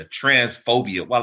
transphobia